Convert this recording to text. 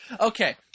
okay